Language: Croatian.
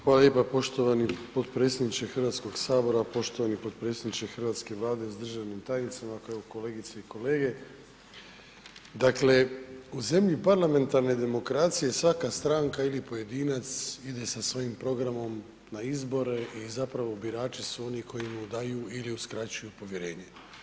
Hvala lijepa poštovani potpredsjedniče HS, poštovani potpredsjedniče hrvatske Vlade s državnim tajnicima, kolegice i kolege, dakle, u zemlji parlamentarne demokracije svaka stranka ili pojedinac ide sa svojim programom na izbore i zapravo birači su oni koji mu daju ili uskraćuju povjerenje.